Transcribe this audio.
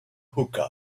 hookah